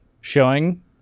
showing